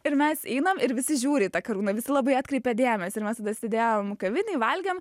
ir mes einam ir visi žiūri į tą karūną visi labai atkreipia dėmesį ir mes tada sėdėjom kavinėj valgėm